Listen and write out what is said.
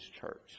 church